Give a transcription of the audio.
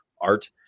art